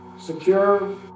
secure